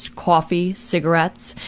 coffee, cigarettes,